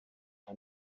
nka